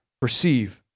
perceive